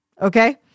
Okay